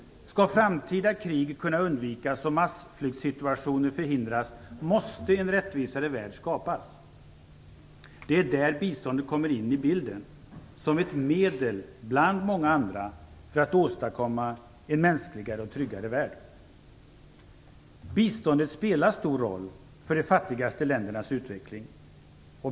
Skall framtida krig kunna undvikas och massflyktsituationer förhindras måste en rättvisare värld skapas. Det är där biståndet kommer in i bilden, som ett medel bland många andra, för att åstadkomma en mänskligare och tryggare värld. Biståndet spelar stor roll för de fattigaste ländernas utveckling.